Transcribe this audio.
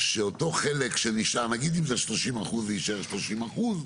שאותו חלק שנשאר, נגיד אם זה 30% זה יישאר 30%,